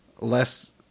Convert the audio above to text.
less